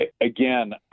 Again